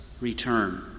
return